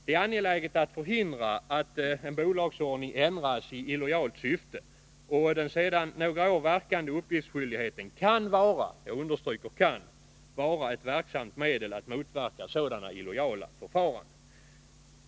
Det är angeläget att förhindra att en bolagsordning ändras i illojalt syfte, och den sedan några år verkande uppgiftsskyldigheten kan — jag understryker ordet ”kan” — vara ett verksamt medel att motverka sådana illojala förfaranden.